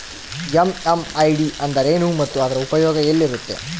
MMID ಎಂದರೇನು ಮತ್ತು ಅದರ ಉಪಯೋಗ ಎಲ್ಲಿರುತ್ತೆ?